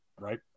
right